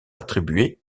attribués